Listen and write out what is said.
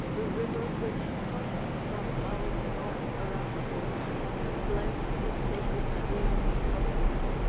the river which parts from loud-roaring araxes and blends his sacred stream with phasis,